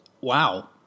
Wow